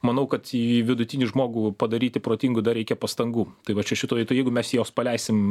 manau kad į vidutinį žmogų padaryti protingu dar reikia pastangų tai va čia šitoj tai jeigu mes jos paleisim